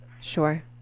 Sure